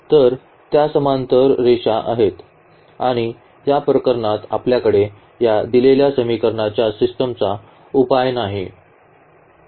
तर त्या समांतर रेषा आहेत आणि या प्रकरणात आपल्याकडे या दिलेल्या समीकरणांच्या सिस्टमचा उपाय नाही